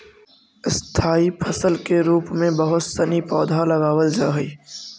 स्थाई फसल के रूप में बहुत सनी पौधा लगावल जा हई